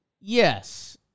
Yes